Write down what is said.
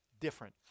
different